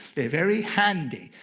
they're very handy.